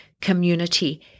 community